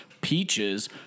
Peaches